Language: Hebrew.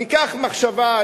ניקח מחשבה,